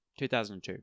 2002